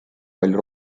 palju